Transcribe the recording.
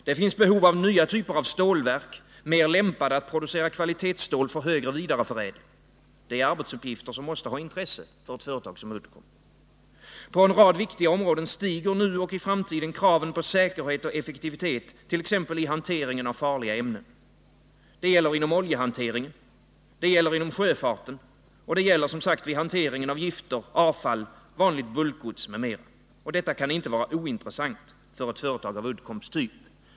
Det finns behov av nya typer av stålverk, mer lämpade att producera kvalitetsstål för högre vidareförädling. Det är arbetsuppgifter som måste ha intresse för ett företag som Uddcomb. På en rad viktiga områden stiger nu och i framtiden kraven på säkerhet och effektivitet, t.ex. i hanteringen av farliga ämnen. Det gäller inom oljehanteringen. Det gäller inom sjöfarten. Det gäller, som sagt, vid hanteringen av gifter, avfall, vanligt bulkgods m.m. Detta kan inte vara ointressant för ett företag av Uddcombs typ.